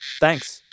thanks